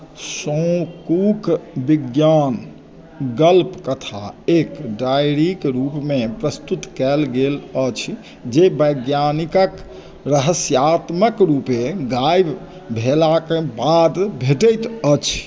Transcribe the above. शौंकूक विज्ञान गल्प कथा एक डायरीक रूपमे प्रस्तुत कयल गेल अछि जे वैज्ञानिकके रहस्यात्मक रूपे गायब भेलाक बाद भेटैत अछि